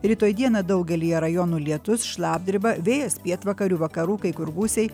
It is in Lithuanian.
rytoj dieną daugelyje rajonų lietus šlapdriba vėjas pietvakarių vakarų kai kur gūsiai